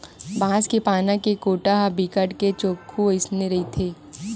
बांस के पाना के कोटा ह बिकट के चोक्खू अइसने रहिथे